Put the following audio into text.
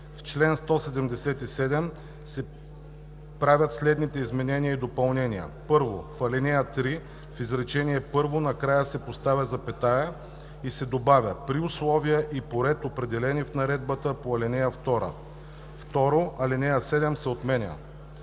В чл. 177 се правят следните изменения и допълнения: 1. В ал. 3 в изречение първо накрая се поставя запетая и се добавя „при условие и по ред определени с наредбата по ал. 2“. 2. Алинея 7 се отменя.”